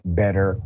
better